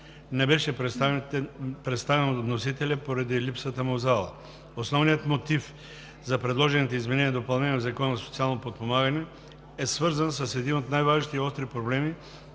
не беше представен от вносителя поради липсата му в залата. Основният мотив за предложените изменения и допълнения в Закона за социално подпомагане е свързан с един от най-важните и остри проблеми,